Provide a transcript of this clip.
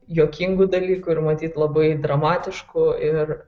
juokingų dalykų ir matyt labai dramatiškų ir